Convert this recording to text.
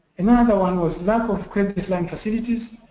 another one was lack of credit line facilities.